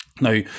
Now